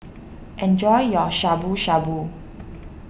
enjoy your Shabu Shabu